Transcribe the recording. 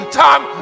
time